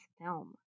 film